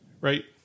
right